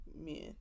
men